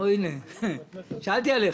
אני רוצה להגיד לך,